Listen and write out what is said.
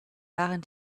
waren